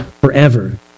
forever